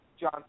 John